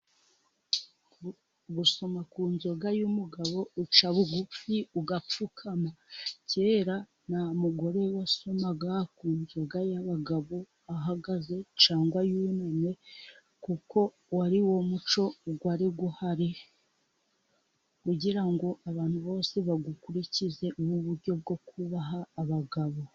Gusoma ku nzoga y'umugabo uca bugufi ugapfukama, kera nta mugore wasomaga ku nzoga y'abagabo ahagaze cyangwa yunamye, kuko wari wo muco wari uhari, kugira ngo abantu bose bawukurikize nk'uburyo bwo kubaha abagabo.